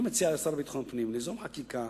אני מציע לשר לביטחון הפנים ליזום חקיקה,